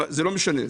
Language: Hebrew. למה ממוצע?